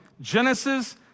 Genesis